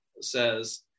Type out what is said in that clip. says